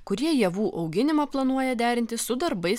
kurie javų auginimą planuoja derinti su darbais